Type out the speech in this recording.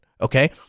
okay